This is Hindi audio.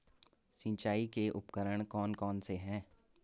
सिंचाई के उपकरण कौन कौन से हैं?